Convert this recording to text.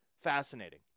fascinating